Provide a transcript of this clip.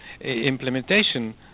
implementation